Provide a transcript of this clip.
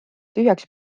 tühjaks